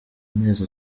amezi